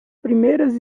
primeiras